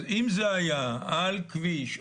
אם זה היה על כביש,